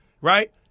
right